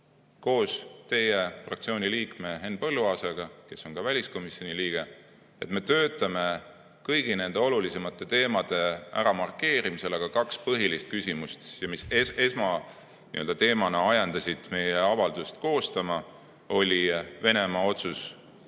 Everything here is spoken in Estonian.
koos teie fraktsiooni liikme Henn Põlluaasaga, kes on ka väliskomisjoni liige, et me töötame kõigi nende olulisemate teemade äramarkeerimisel. Kaks põhilist küsimust, mis esmateemana ajendasid meie avaldust koostama, olid, esiteks,